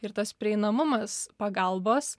ir tas prieinamumas pagalbos